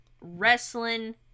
wrestling